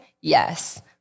Yes